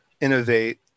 innovate